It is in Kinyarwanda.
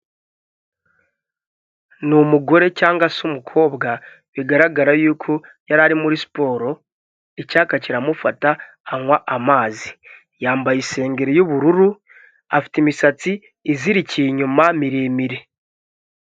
Ni umugore cyangwa se umukobwa bigaragara yuko yari ari muri siporo icyayaka kiramufata anywa amazi, yambaye isengeri y'ubururu afite imisatsi izirikiye inyuma miremire.